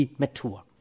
mature